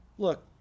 Look